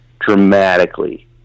dramatically